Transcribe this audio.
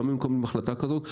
גם אם היו מקבלים החלטה כזאת,